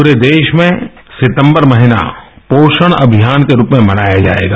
पूरे देश में सितंबर महीना पोषण अभियान के रूप में मनाया जायेगा